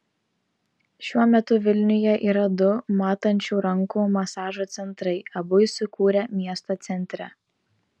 šiuo metu vilniuje yra du matančių rankų masažo centrai abu įsikūrę miesto centre